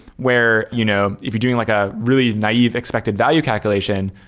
where you know if you're doing like a really naive expected value calculation,